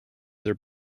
their